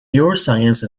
neuroscience